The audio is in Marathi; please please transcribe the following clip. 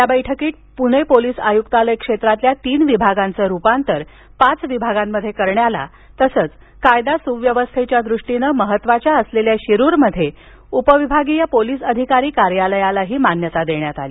या बेठकीत पुणे पोलीस आयुक्तालय क्षेत्रातल्या तीन विभागांचं रुपांतर पाच विभागांमध्ये करण्याला तसंच कायदा सुव्यवस्थेच्या दृष्टीनं महत्त्वाच्या असलेल्या शिरुरमध्ये उपविभागीय पोलीस अधिकारी कार्यालयालाही मान्यता देण्यात आली